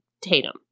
Tatum